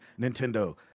Nintendo